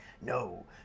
No